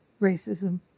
racism